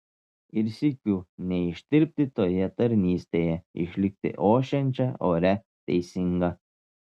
ir sykiu neištirpti toje tarnystėje išlikti ošiančia oria teisinga